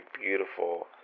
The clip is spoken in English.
beautiful